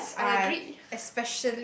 yes I agree